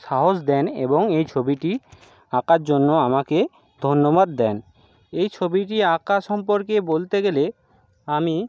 সাহস দেন এবং এই ছবিটি আঁকার জন্য আমাকে ধন্যবাদ দেন এই ছবিটি আঁকা সম্পর্কে বলতে গেলে আমি